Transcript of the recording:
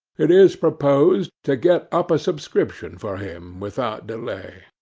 it is proposed to get up a subscription for him without delay.